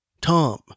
Tom